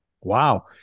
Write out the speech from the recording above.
Wow